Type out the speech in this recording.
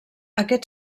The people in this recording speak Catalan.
aquest